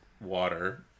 water